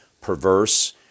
perverse